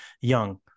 young